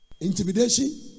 Intimidation